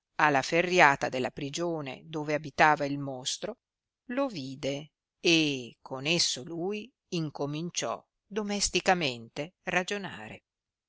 la ferriata della prigione dove abitava il mostro lo vide e con esso lui incominciò domesticamente ragionare